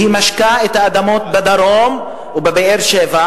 שמשקה את האדמות בדרום ובבאר-שבע,